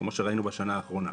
כמו שראינו בשנה האחרונה.